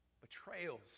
betrayals